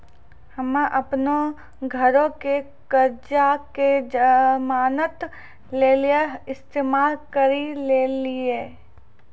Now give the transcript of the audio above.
हम्मे अपनो घरो के कर्जा के जमानत लेली इस्तेमाल करि लेलियै